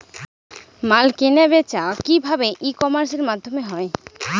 মাল কেনাবেচা কি ভাবে ই কমার্সের মাধ্যমে হয়?